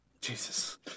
Jesus